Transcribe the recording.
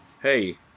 Hey